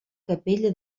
capella